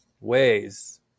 ways